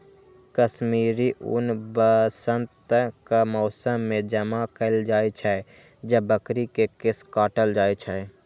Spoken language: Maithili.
कश्मीरी ऊन वसंतक मौसम मे जमा कैल जाइ छै, जब बकरी के केश काटल जाइ छै